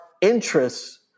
interests